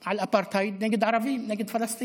על אפרטהייד נגד ערבים, נגד פלסטינים.